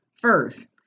first